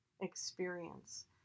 experience